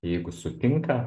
jeigu sutinka